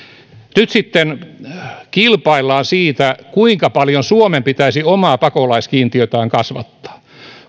nyt sitten kilpaillaan siitä kuinka paljon suomen pitäisi omaa pakolaiskiintiötään kasvattaa